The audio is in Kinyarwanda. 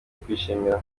kwishimira